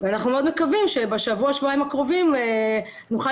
ואנחנו מאוד מקווים שבשבוע-שבועיים הקרובים נוכל